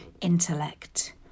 intellect